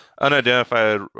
unidentified